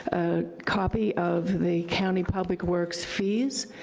a copy of the county public works fees,